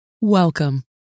Welcome